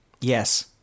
Yes